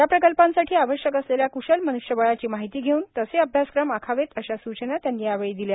या प्रकल्पांसाठी आवश्यक असलेल्या कृशल मनृष्यबळाची माहिती घेऊन तसे अभ्यासक्रम आखावेत अशा सुचना त्यांनी यावेळी दिल्या